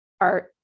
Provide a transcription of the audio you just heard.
art